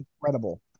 incredible